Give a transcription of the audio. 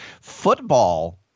Football